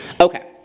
Okay